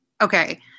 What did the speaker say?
okay